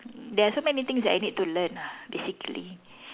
there are so many things that I need to learn ah basically